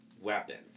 weapons